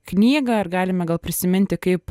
knygą ir galime gal prisiminti kaip